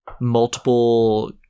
multiple